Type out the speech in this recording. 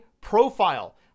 profile